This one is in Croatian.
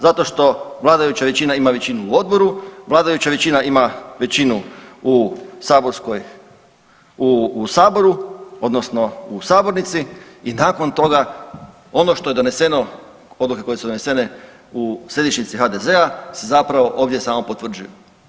Zato što vladajuća većina ima većinu u odboru, vladajuća većina ima većinu u saborskoj, u Saboru, odnosno u sabornici i nakon toga ono što je doneseno, odluke koje su donesene u središnjici HDZ-a se zapravo ovdje samo potvrđuju.